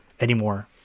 anymore